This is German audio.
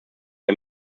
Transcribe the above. der